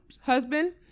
husband